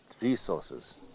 resources